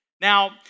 Now